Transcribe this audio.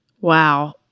Wow